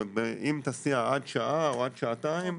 אם תסיע עד שעה או עד שעתיים,